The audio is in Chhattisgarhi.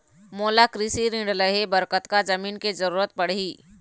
मोला कृषि ऋण लहे बर कतका जमीन के जरूरत पड़ही?